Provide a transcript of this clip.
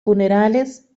funerales